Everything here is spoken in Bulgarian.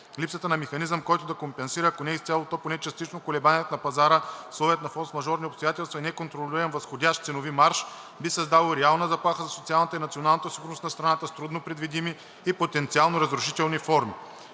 Липсата на механизъм, който да компенсира, ако не изцяло, то поне частично колебанията на пазара в условията на форсмажорни обстоятелства и неконтролируем възходящ ценови марж, би създало реална заплаха за социалната и национална сигурност на страната с трудно предвидими и потенциално разрушителни форми.